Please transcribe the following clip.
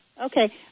Okay